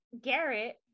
Garrett